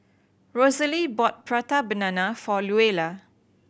Rosalee bought Prata Banana for Luella